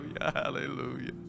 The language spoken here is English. hallelujah